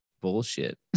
bullshit